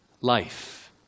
life